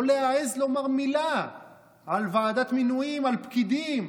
לא להעז לומר מילה על ועדת מינויים, על פקידים.